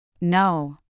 No